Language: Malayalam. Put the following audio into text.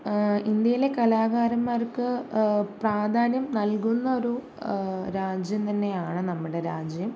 ഇന്ത്യയിലെ കലാകാരന്മാര്ക്ക് പ്രാധാന്യം നല്കുന്ന ഒരു രാജ്യം തന്നെയാണ് നമ്മുടെ രാജ്യം